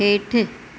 हेठि